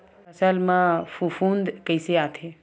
फसल मा फफूंद कइसे आथे?